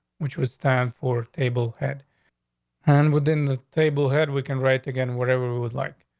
which was time for table head and within the table head we can write again. whatever it was like.